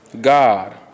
God